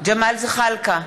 ג'מאל זחאלקה,